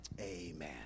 amen